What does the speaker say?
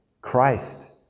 Christ